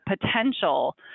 potential